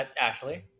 Ashley